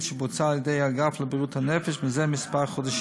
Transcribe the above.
שבוצעה על-ידי האגף לבריאות הנפש זה חודשים מספר.